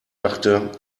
dachte